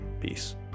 peace